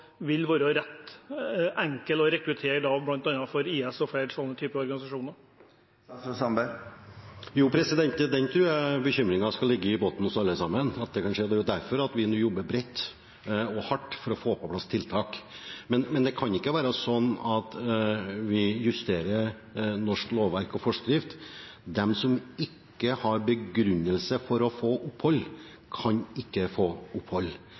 vil være enkle å rekruttere for bl.a. IS og flere av den type organisasjoner. Den bekymringen tror jeg skal ligge i bunnen for alle sammen. Derfor jobber vi nå bredt og hardt for å få på plass tiltak, men det kan ikke være slik at vi justerer norsk lovverk og forskrift. De som ikke har begrunnelse for å få opphold, kan ikke få opphold.